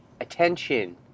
attention